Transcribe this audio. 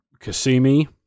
Kasumi